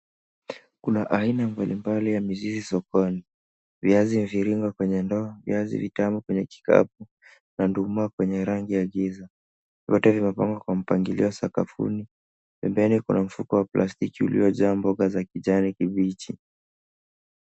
Kuna aina mbali mbali ya mizizi sokoni. Viazi mviringo kwenye ndoo, viazi vitamu kwenye kikapu na nduma kwenye rangi ya giza. Vyote vimepangwa kwa mpangilio sakafuni, pembeni kuna mfuko wa plastiki uliojaa mboga za kijani kibichi.